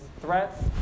Threats